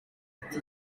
ati